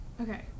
Okay